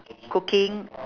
cooking